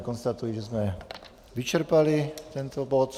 Konstatuji, že jsme vyčerpali tento bod.